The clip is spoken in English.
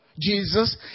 Jesus